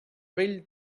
vell